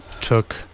took